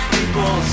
People